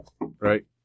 right